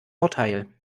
urteil